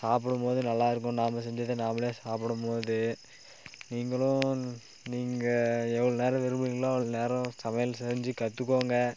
சாப்பிடும்போது நல்லா இருக்கும் நாம செஞ்சதை நம்மளே சாப்பிடும்போது நீங்களும் நீங்கள் எவ்வளோ நேரம் விரும்புறீங்களோ அவ்வளோ நேரம் சமையல் செஞ்சு கற்றுக்கோங்க